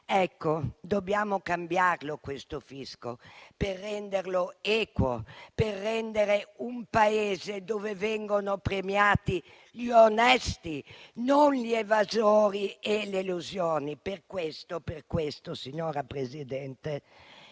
Dobbiamo cambiare questo fisco per renderlo equo e avere un Paese dove vengono premiati gli onesti e non gli evasori e le elusioni. Per questo, signora Presidente,